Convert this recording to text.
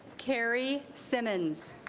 carrie simmons